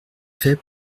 fais